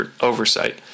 oversight